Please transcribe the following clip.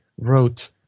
wrote